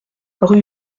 rue